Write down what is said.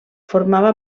formava